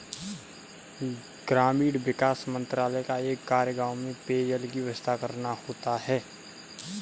ग्रामीण विकास मंत्रालय का एक कार्य गांव में पेयजल की व्यवस्था करना होता है